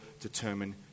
determine